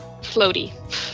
floaty